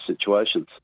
situations